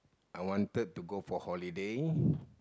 I wanted to go for holiday